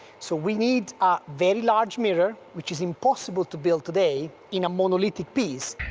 so we need a very large mirror, which is impossible to build today in a monolithic piece